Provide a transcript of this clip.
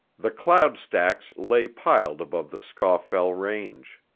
the cloud stacks lay piled above the scawfell range.